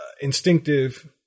instinctive